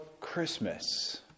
Christmas